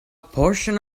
portion